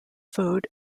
food